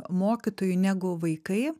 mokytojų negu vaikai